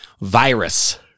Virus